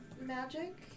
magic